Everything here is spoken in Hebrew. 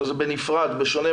כ"ו באלול תש"ף.